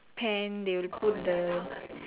pan they will put the